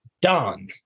Don